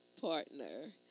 Partner